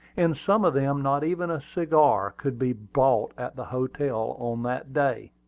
in some of them not even a cigar could be bought at the hotel on that day.